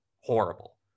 horrible